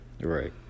Right